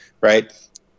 right